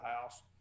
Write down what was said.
house